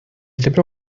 templo